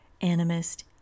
animist